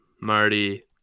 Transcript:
marty